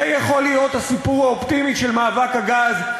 זה יכול להיות הסיפור האופטימי של מאבק הגז.